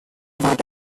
what